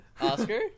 Oscar